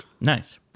Nice